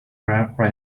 refrain